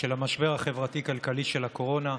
של המשבר החברתי-כלכלי של הקורונה.